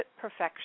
perfection